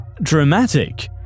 dramatic